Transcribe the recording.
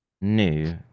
new